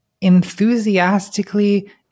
enthusiastically